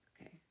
okay